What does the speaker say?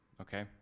okay